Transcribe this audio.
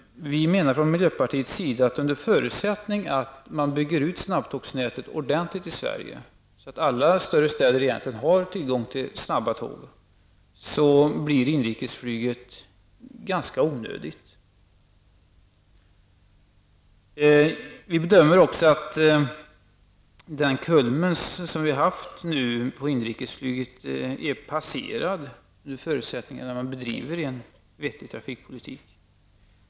Vi menar från miljöpartiets sida att, under förutsättning att man bygger ut snabbtågsnätet ordentligt i Sverige så att alla större städer har tillgång till snabbtåg, blir inrikesflyget ganska onödigt. Vi bedömer det som så att kulmen för inrikesflyget nu är passerad, under förutsättning att man bedriver en vettig trafikpolitik.